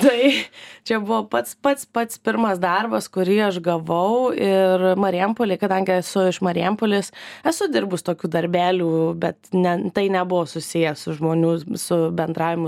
tai čia buvo pats pats pats pirmas darbas kurį aš gavau ir marijampolėj kadangi esu iš marijampolės esu dirbus tokių darbelių bet ne tai nebuvo susiję su žmonių su bendravimu